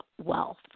wealth